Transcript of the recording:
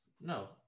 No